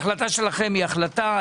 החלטה שלכם היא החלטה.